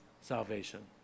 salvation